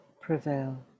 prevail